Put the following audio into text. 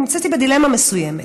נמצאתי בדילמה מסוימת: